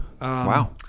wow